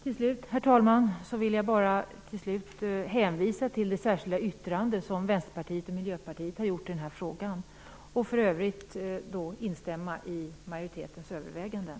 Till slut, herr talman, vill jag bara hänvisa till det särskilda yttrande som Vänsterpartiet och Miljöpartiet har gjort i den här frågan. För övrigt vill jag instämma i majoritetens överväganden.